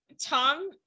tom